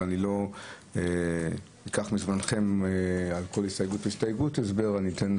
אני לא אקח מזמנכם הסבר על כל